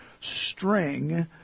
string